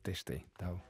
tai štai tau